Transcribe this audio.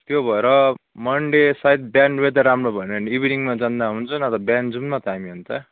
त्यो भएर मन्डे सायद बिहान वेदर राम्रो भएन भने इभिनिङमा जाँदा हुन्छ नभए बिहान जाउँ न त हामी अन्त